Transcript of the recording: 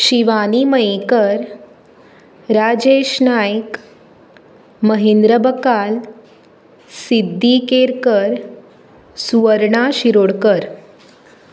Shivani Mayekar Rajesh Naik Mahendra Bakal Siddhi Kerkar Suvarna Shirodkar